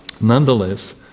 Nonetheless